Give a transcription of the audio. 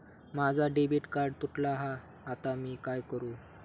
माझा debit card तुटला हा आता मी काय करू?